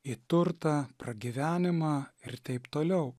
į turtą pragyvenimą ir taip toliau